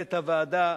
למנהלת הוועדה,